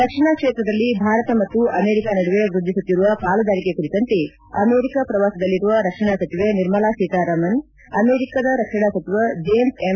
ರಕ್ಷಣಾ ಕ್ಷೇತ್ರದಲ್ಲಿ ಭಾರತ ಮತ್ತು ಅಮೆರಿಕ ನಡುವೆ ವೃದ್ಧಿಸುತ್ತಿರುವ ಪಾಲುದಾರಿಕೆ ಕುರಿತಂತೆ ಅಮೆರಿಕ ಪ್ರವಾಸದಲ್ಲಿರುವ ರಕ್ಷಣಾ ಸಚಿವೆ ನಿರ್ಮಲಾ ಸೀತಾರಾಮನ್ ಅಮೆರಿಕದ ರಕ್ಷಣಾ ಸಚಿವ ಜೇಮ್ಸ್ ಎಂ